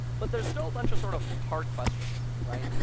but there's still a bunch of sort of hard questions, right?